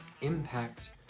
impact